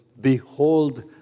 behold